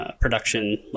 production